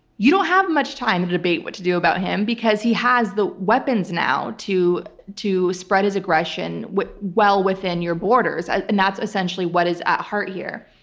you don't have much time to debate what to do about him because he has the weapons now to to spread his aggression well within your borders, and that's essentially what is at heart here.